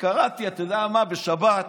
כשקראתי בשבת,